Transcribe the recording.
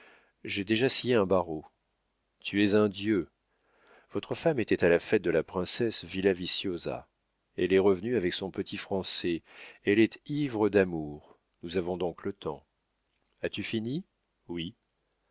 j'ai déjà scié un barreau tu es un dieu votre femme était à la fête de la princesse villaviciosa elle est revenue avec son petit français elle est ivre d'amour nous avons donc le temps as-tu fini oui